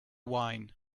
wine